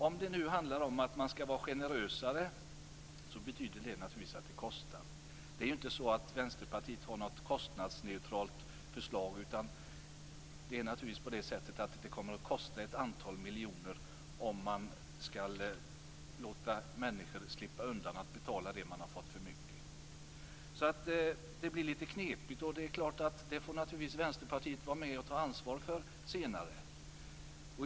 Om det handlar om att man skall vara generösare betyder det naturligtvis att det kostar. Det är ju inte så att Vänsterpartiet har något kostnadsneutralt förslag. Det kommer naturligtvis att kosta ett antal miljoner om man skall låta människor slippa betala det man har fått för mycket. Det blir lite knepigt. Vänsterpartiet får naturligtvis vara med och ta ansvar för detta senare.